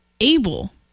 able